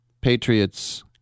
Patriots